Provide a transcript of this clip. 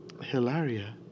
Hilaria